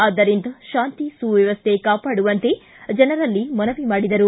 ಆದ್ದರಿಂದ ಶಾಂತಿ ಸುವ್ಯವಸ್ಟೆ ಕಾಪಾಡುವಂತೆ ಜನರಲ್ಲಿ ಮನವಿ ಮಾಡಿದರು